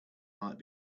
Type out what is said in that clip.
might